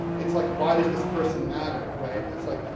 it's like, why does this person matter, right? it's like,